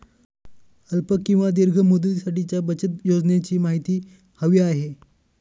अल्प किंवा दीर्घ मुदतीसाठीच्या बचत योजनेची माहिती हवी आहे